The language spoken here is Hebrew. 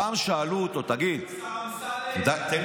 פעם שאלו אותו: תגיד, השר אמסלם, די, באמת.